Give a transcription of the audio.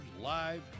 live